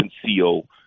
conceal